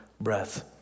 breath